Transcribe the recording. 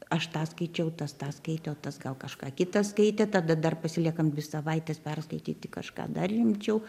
aš tą skaičiau tas tą skaitė o tas gal kažką kitą skaitė tada dar pasiliekam dvi savaites perskaityti kažką dar rimčiau